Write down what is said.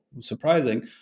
surprising